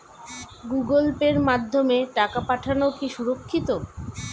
Google পের মাধ্যমে টাকা পাঠানোকে সুরক্ষিত?